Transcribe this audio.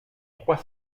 trois